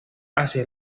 hacia